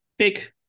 Big